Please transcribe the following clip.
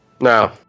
No